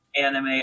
Anime